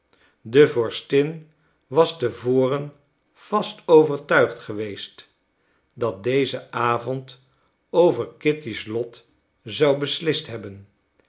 de vorstin was te voren vast overtuigd geweest dat deze avond over kitty's lot zou beslist hebben